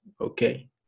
okay